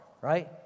right